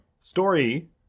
Story